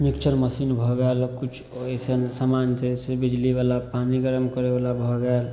mixer machine भऽ गेल किछु अइसन समान छै से बिजलीवला पानी गरम करैवला भऽ गेल